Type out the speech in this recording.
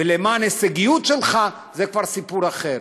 ולמען הישגיות שלך, זה כבר סיפור אחר.